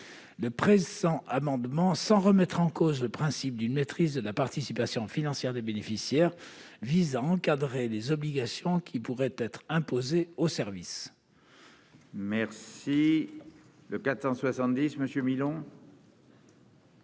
Le présent amendement, sans remettre en cause le principe d'une maîtrise de la participation financière des bénéficiaires, vise à encadrer les obligations qui pourraient être imposées aux services. L'amendement